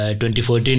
2014